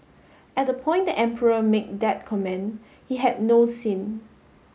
at the point the emperor make that comment he had no sin